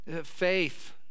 faith